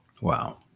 Wow